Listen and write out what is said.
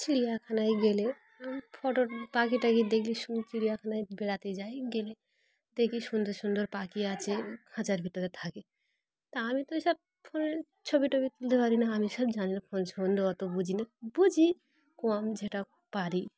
চিড়িয়াখানায় গেলে ফটো পাখিটাাকি দেখলে শু চিড়িয়াখানায় বেড়াতে যাই গেলে দেখি সুন্দর সুন্দর পাখি আছে খাঁচার ভিতরে থাকে তা আমি তো এ সব ফোনে ছবি টবি তুলতে পারি না আমি সব জানল ফোন সম্বন্ধে অত বুঝি না বুঝি কম যেটা পারি